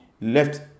left